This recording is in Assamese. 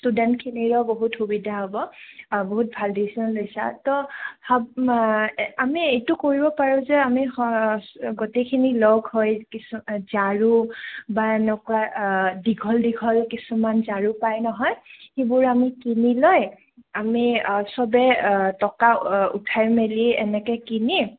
ষ্টুডেণ্টখিনিৰো বহুত সুবিধা হ'ব বহুত ভাল ডিচিশ্য়ন লৈছা ত' আমি এইটো কৰিব পাৰোঁ যে আমি গোটেইখিনি লগ হৈ কিছু ঝাৰু বা এনেকুৱা দীঘল দীঘল কিছুমান ঝাৰু পাই নহয় সেইবোৰ আমি কিনি লৈ আমি চবে টকা উঠাই মেলি এনেকৈ কিনি